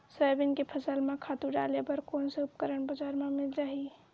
Soybean के फसल म खातु डाले बर कोन से उपकरण बजार म मिल जाहि?